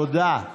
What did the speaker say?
תודה.